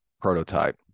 prototype